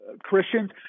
Christians